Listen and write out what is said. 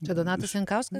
čia donatas jankauskas